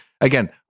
again